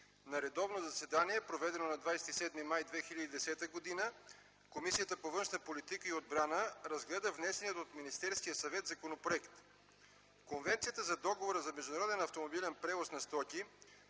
„На редовно заседание, проведено на 27 май 2010 г., Комисията по външна политика и отбрана разгледа внесения от Министерския съвет законопроект. Конвенцията за Договора за международен автомобилен превоз на стоки,